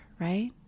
right